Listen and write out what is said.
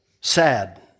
sad